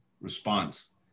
response